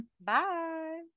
Bye